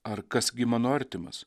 ar kas gi mano artimas